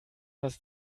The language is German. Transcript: was